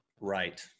Right